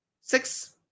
six